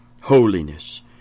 holiness